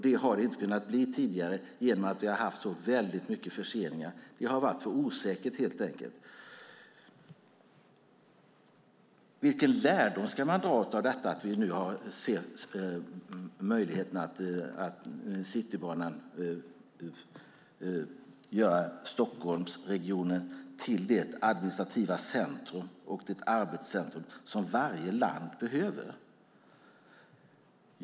Det har det inte kunnat bli tidigare i och med att vi har haft så mycket förseningar. Det har varit för osäkert, helt enkelt. Vilken lärdom ska man dra av att vi nu har sett möjligheten att Citybanan gör Stockholmsregionen till det administrativa centrum och det arbetscentrum som varje land behöver?